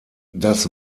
das